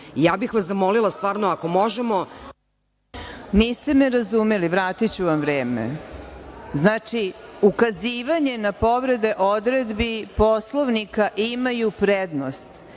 Ja bih vas zamolila stvarno, ako možemo… **Marina Raguš** Niste me razumeli, vratiću vam vreme. Znači, ukazivanje na povrede odredbi Poslovnika imaju prednost,